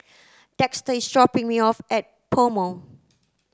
Dexter is dropping me off at PoMo